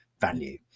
value